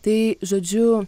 tai žodžiu